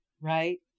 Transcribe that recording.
right